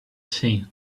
seen